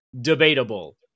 debatable